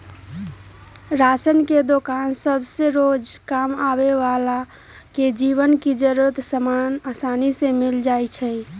ration के दोकान सभसे रोजकाम आबय बला के जीवन के जरूरी समान असानी से मिल जाइ छइ